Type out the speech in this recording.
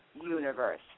universe